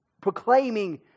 proclaiming